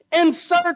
insert